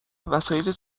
وسایلت